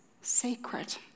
sacred